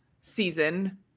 season